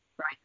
Right